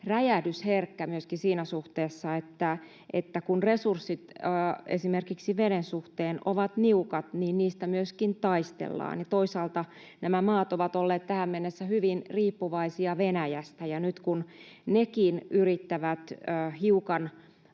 räjähdysherkkä siinä suhteessa, että kun resurssit esimerkiksi veden suhteen ovat niukat, niistä myöskin taistellaan. Toisaalta nämä maat ovat olleet tähän mennessä hyvin riippuvaisia Venäjästä, ja nyt kun nekin yrittävät hiukan